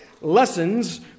Lessons